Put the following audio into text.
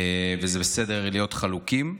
וזה בסדר להיות חלוקים.